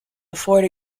afford